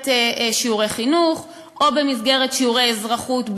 שיעורי חינוך או במסגרת שיעורי אזרחות,